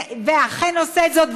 ואכן עושה זאת,